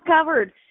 covered